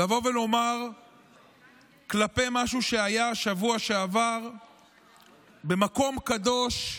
לבוא ולדבר על משהו שהיה בשבוע שעבר במקום קדוש,